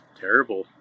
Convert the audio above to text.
terrible